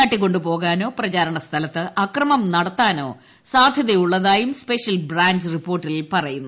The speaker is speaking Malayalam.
തട്ടികൊണ്ടു പോകാനോ പ്രചാരണ സ്ഥലത്ത് അക്രമം നടത്താനോ സാധ്യതയുള്ളതായും സ്പെഷ്യൽ ബ്രാഞ്ച് റിപ്പോർട്ടിൽ പറയുന്നു